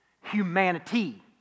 humanity